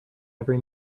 every